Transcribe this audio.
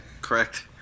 Correct